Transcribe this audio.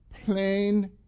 plain